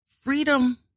freedom